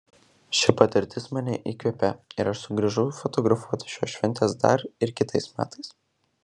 ši patirtis mane įkvėpė ir aš sugrįžau fotografuoti šios šventės dar ir kitais metais